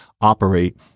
operate